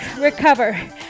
recover